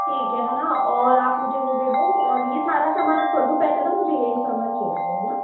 ठीक है है ना और आप मुझे वो दे दो और यह सारा सामान आप कर दो पैक है ना मुझे चाहिए यह ही सामान चाहिए है ना